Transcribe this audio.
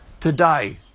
today